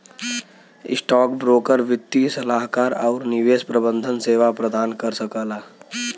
stockbroker वित्तीय सलाहकार आउर निवेश प्रबंधन सेवा प्रदान कर सकला